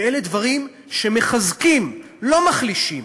ואלה דברים שמחזקים, לא מחלישים.